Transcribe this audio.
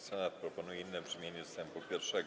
Senat proponuje inne brzmienie ust. 1.